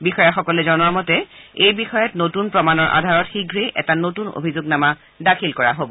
বিষয়াসকলে জনাইছে যে এই বিষয়ত নতুন প্ৰমাণৰ আধাৰত শীঘ্ৰেই এটা নতুন অভিযোগনামা দাখিল কৰা হব